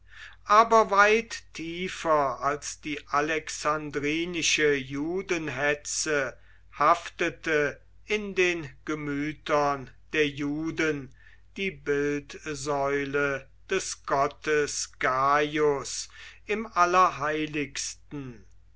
aber weit tiefer als die alexandrinische judenhetze haftete in den gemütern der juden die bildsäule des gottes gaius im allerheiligsten